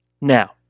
Now